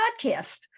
podcast